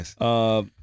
yes